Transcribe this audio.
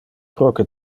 proque